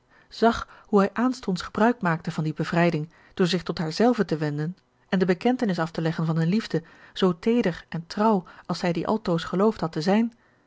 zag hoe hij aanstonds gebruikmaakte van die bevrijding door zich tot haar zelve te wenden en de bekentenis af te leggen van eene liefde zoo teeder en trouw als zij die altoos geloofd had te zijn